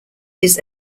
his